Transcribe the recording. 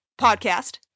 podcast